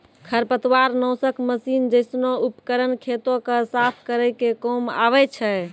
खरपतवार नासक मसीन जैसनो उपकरन खेतो क साफ करै के काम आवै छै